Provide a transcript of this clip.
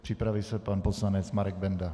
Připraví se pan poslanec Marek Benda.